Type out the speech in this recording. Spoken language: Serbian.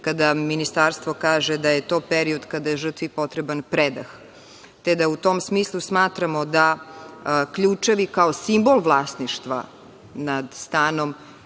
kada Ministarstvo kaže da je to period kada je žrtvi potreban predah, te da u tom smislu smatramo da ključevi, kao simbol vlasništva nad stanom,